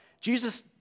Jesus